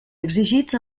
exigits